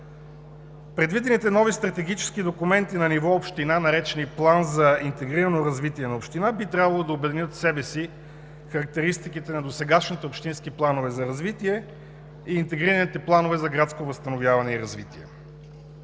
Предвидените нови стратегически документи на ниво община, наречени План за интегрирано развитие на община, би трябвало да обединят в себе си характеристиките на досегашните общински планове за развитие и интегрираните планове за градско възстановяване и развитие.